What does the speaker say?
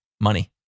money